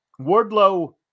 Wardlow